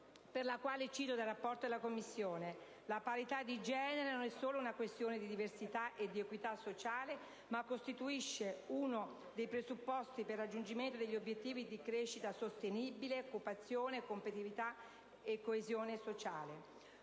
per la quale - cito dal rapporto della Commissione - «La parità di genere non è solo una questione dì diversità e di equità sociale ma costituisce anche uno dei presupposti per il raggiungimento degli obiettivi di crescita sostenibile, occupazione, competitività e coesione sociale».